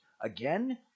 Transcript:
again